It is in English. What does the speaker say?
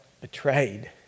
betrayed